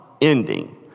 ending